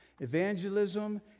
Evangelism